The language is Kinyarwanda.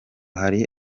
hari